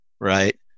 right